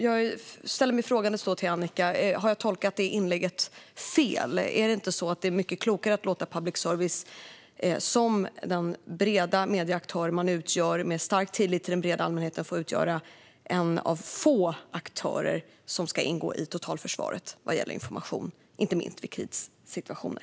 Jag frågar då Annicka: Har jag tolkat inlägget fel? Är det inte mycket klokare att låta public service, som den breda medieaktör man är med stark tillit hos den breda allmänheten, få vara en av få aktörer i totalförsvaret vad gäller information inte minst i krissituationer?